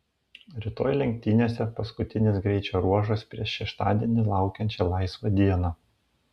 rytoj lenktynėse paskutinis greičio ruožas prieš šeštadienį laukiančią laisvą dieną